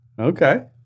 Okay